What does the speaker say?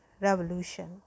revolution